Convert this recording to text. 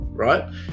Right